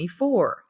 24